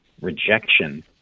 rejection